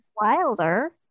Wilder